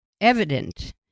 evident